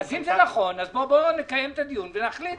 אם זה נכון, בוא נקיים את הדיון ונחליט.